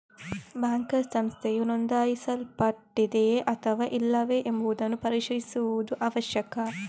banker ಸಂಸ್ಥೆಯು ನೋಂದಾಯಿಸಲ್ಪಟ್ಟಿದೆಯೇ ಅಥವಾ ಇಲ್ಲವೇ ಎಂಬುದನ್ನು ಪರಿಶೀಲಿಸುವುದು ಅವಶ್ಯಕ